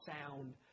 sound